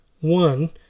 One